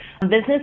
business